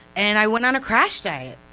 and i went on a crash diet,